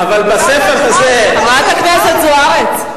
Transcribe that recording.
חברת הכנסת זוארץ.